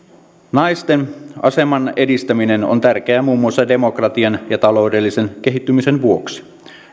naisten aseman edistäminen on tärkeää muun muassa demokratian ja taloudellisen kehittymisen vuoksi